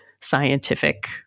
scientific